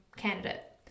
Candidate